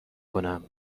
کنم